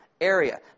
Area